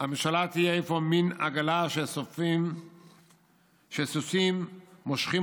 הממשלה תהיה אפוא מין עגלה שסוסים מושכים